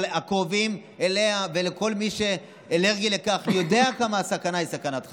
אבל הקרובים אליה ולכל מי שאלרגי לכך יודעים כמה הסכנה היא סכנת חיים.